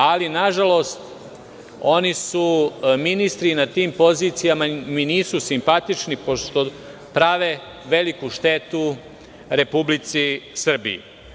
Ali, nažalost, oni su ministri i na tim pozicijama mi nisu simpatični pošto prave veliku štetu Republici Srbiji.